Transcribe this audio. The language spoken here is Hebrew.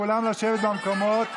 כולם לשבת במקומות.